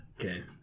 Okay